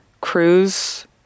Cruise